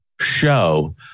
show